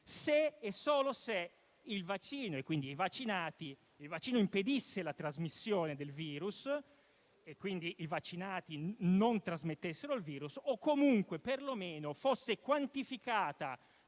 - e solo se - il vaccino impedisse la trasmissione del virus e quindi i vaccinati non trasmettessero il virus, o comunque, perlomeno, se fosse quantificata